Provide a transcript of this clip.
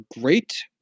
great